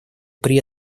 при